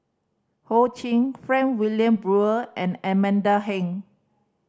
Ho Ching Frank Wilmin Brewer and Amanda Heng